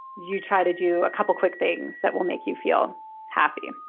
you try to do a couple quick things that will make you feel happy.